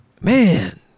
Man